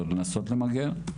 או לנסות למגר.